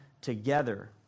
together